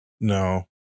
No